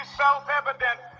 self-evident